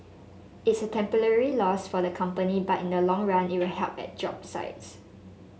it's a temporary loss for the company but in the long run it will help at job sites